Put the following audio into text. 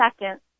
seconds